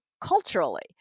culturally